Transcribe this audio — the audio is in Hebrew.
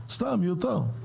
מיותר.